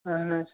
اَہَن حظ